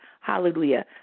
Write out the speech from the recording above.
hallelujah